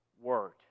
word